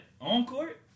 on-court